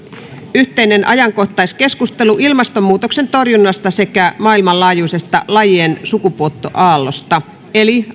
yhteinen ajankohtaiskeskustelu ilmastonmuutoksen torjunnasta sekä maailmanlaajuisesta lajien sukupuuttoaallosta eli